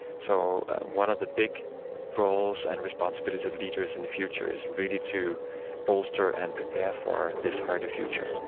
so one of the big roles and responsibilities of leaders in the future is really to bolster and prepare for this harder future.